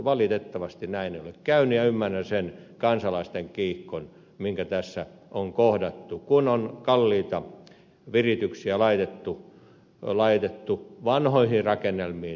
valitettavasti näin ei ole käynyt ja ymmärrän sen kansalaisten kiihkon mikä tässä on kohdattu kun on kalliita virityksiä laitettu vanhoihin rakennelmiin